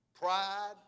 Pride